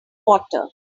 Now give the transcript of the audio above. water